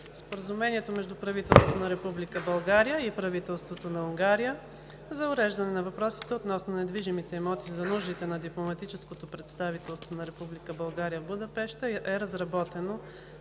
Споразумението между правителството на Република България и правителството на Унгария за уреждане на въпросите относно недвижимите имоти за нуждите на дипломатическото представителство на Република България в Будапеща е разработено